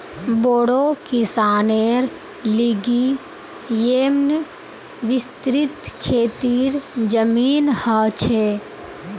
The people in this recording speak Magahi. बोड़ो किसानेर लिगि येमं विस्तृत खेतीर जमीन ह छे